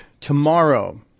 tomorrow